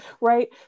right